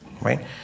Right